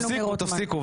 תפסיקו.